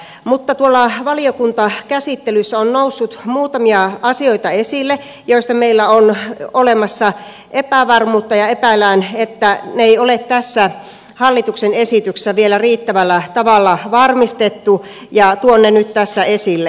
mutta tuolla valiokuntakäsittelyssä on noussut muutamia asioita esille joista meillä on olemassa epävarmuutta ja joista epäillään että niitä ei ole tässä hallituksen esityksessä vielä riittävällä tavalla varmistettu ja tuon ne nyt tässä esille